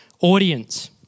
audience